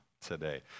today